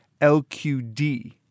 LQD